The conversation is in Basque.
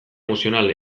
emozional